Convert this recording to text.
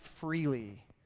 freely